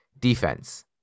defense